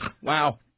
Wow